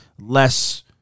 less